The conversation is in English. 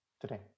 today